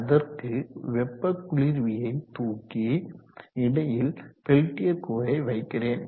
அதற்கு வெப்ப குளிர்வியை தூக்கி இடையில் பெல்டியர் கூறை வைக்கிறேன்